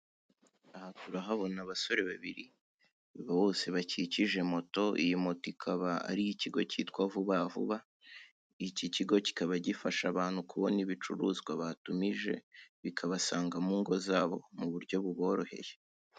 Aha turahabona abasore babiri bose bakikije moto, iyi moto ikaba ari iy'ikigo kitwa vubavuba iki kigo kikaba gifasha abantu kubona ibicuruzwa batumije bikabasanga mu ngo zabo mu buryo buboroheye.